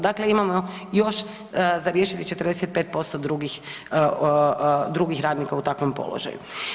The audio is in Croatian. Dakle, imamo još za riješiti 45% drugih, drugih radnika u takvom položaju.